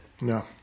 No